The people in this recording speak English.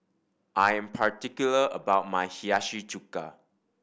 I am particular about my Hiyashi Chuka